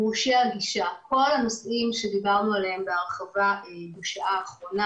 מורשי הגישה וכל הנושאים שדיברנו עליהם בהרחבה בשעה האחרונה.